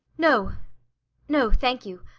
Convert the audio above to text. no no, thank you.